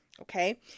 Okay